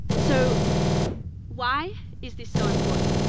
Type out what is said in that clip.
so why is this so important?